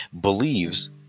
believes